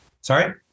Sorry